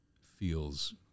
feels